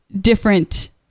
different